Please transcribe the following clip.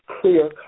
clear